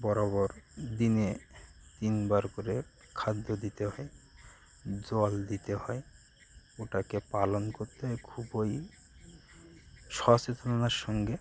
বরাবর দিনে তিনবার করে খাদ্য দিতে হয় জল দিতে হয় ওটাকে পালন করতে হয় খুবই সচেতনতার সঙ্গে